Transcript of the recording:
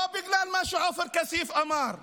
לא בגלל מה שעופר כסיף אמר.